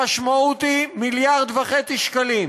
המשמעות היא 1.5 מיליארד שקלים.